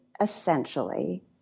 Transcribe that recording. essentially